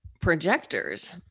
projectors